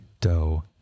dough